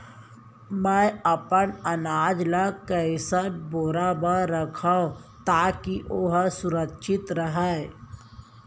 मैं अपन अनाज ला कइसन बोरा म रखव ताकी ओहा सुरक्षित राहय?